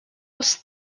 els